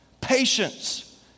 Patience